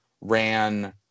ran